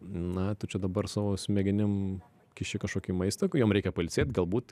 na tu čia dabar savo smegenim kiši kažkokį maistą kai jom reikia pailsėt galbūt